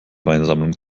weinsammlung